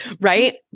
Right